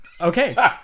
Okay